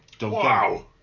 Wow